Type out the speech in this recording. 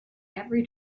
every